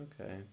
okay